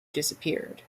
disappeared